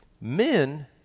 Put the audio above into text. Men